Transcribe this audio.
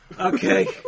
Okay